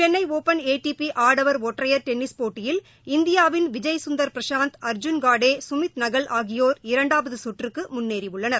Chennai open ATP ஆடவர் ஒற்றையர் tennis போட்டியில் இந்தியாவின் விஜய் சுந்தர் பிரசாந்த் அர்ஜுன் காடே கமித்நகல் ஆகியோர் இரண்டாவது கற்றுக்கு முன்னறேயுள்ளனர்